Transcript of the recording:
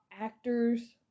actors